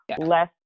Less